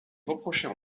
reprochait